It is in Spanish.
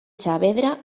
saavedra